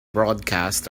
broadcast